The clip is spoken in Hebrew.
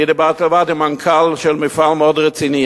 אני דיברתי עם מנכ"ל של מפעל מאוד רציני,